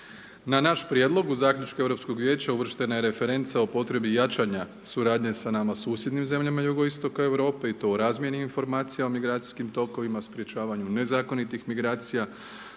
Na naš prijedlog u zaključku Europskog vijeća uvrštena je referenca o potrebi jačanja suradnje sa nama susjednim zemljama jugoistoka Europe i to u razmjeni informacija o migracijskim tokovima, sprječavanju nezakonitih migracija,